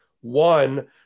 One